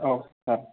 औ सार